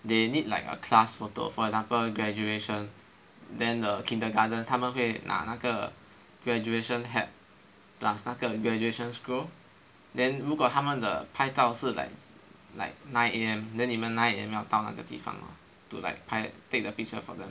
they need like a class photo for example graduation then the kindergarten 他们会拿那个 graduation hat plus 那个 graduation scroll then 如果他们的拍照是 like nine A_M then 你们 nine A_M 要到那个地方 lor to like 拍 take a picture for them